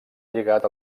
lligat